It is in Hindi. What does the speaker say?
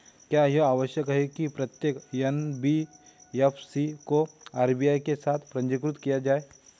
क्या यह आवश्यक है कि प्रत्येक एन.बी.एफ.सी को आर.बी.आई के साथ पंजीकृत किया जाए?